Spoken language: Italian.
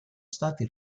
stati